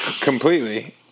completely